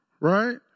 Right